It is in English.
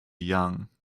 young